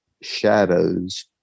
Shadows